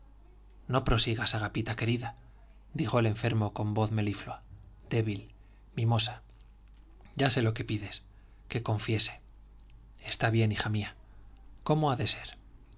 es tan religiosa no prosigas agapita querida dijo el enfermo con voz meliflua débil mimosa ya sé lo que pides que confiese está bien hija mía cómo ha de ser